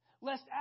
Lest